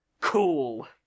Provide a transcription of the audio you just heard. cool